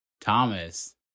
thomas